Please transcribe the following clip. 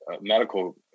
medical